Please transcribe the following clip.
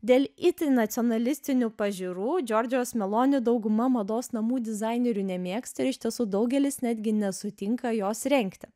dėl itin nacionalistinių pažiūrų džiordžijos meloni dauguma mados namų dizainerių nemėgsta ir iš tiesų daugelis netgi nesutinka jos rengti